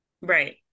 right